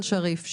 שריף.